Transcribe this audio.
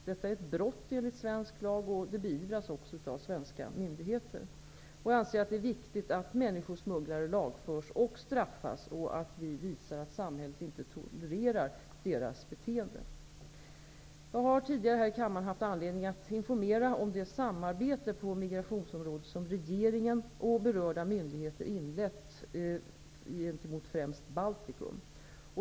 Detta är ett brott enligt svensk lag och det beivras också av svenska myndigheter. Jag anser att det är viktigt att människosmugglare lagförs och straffas samt att vi visar att samhället inte tolererar deras beteende. Jag har tidigare här i kammaren haft anledning att informera om det samarbete på migrationsområdet som regeringen och berörda myndigheter inlett gentemot främst Baltikum.